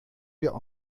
wir